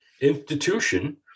institution